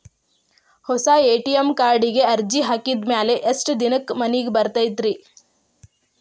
ಹೊಸಾ ಎ.ಟಿ.ಎಂ ಕಾರ್ಡಿಗೆ ಅರ್ಜಿ ಹಾಕಿದ್ ಮ್ಯಾಲೆ ಎಷ್ಟ ದಿನಕ್ಕ್ ಮನಿಗೆ ಬರತೈತ್ರಿ?